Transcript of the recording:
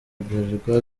bralirwa